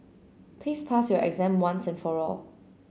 please pass your exam once and for all